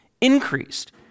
increased